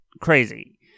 crazy